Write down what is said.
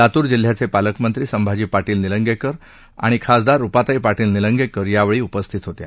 लातूर जिल्ह्याचे पालकमंत्री संभाजी पार्पील निलंगेकर आणि खासदार रूपाताई पार्टील निलंगेकर यावेळी उपस्थित होत्या